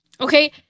okay